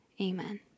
Amen